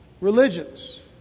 religions